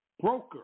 broker